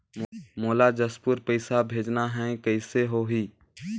मोला जशपुर पइसा भेजना हैं, कइसे होही?